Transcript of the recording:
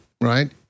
right